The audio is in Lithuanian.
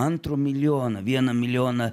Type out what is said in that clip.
antro milijono vieną milijoną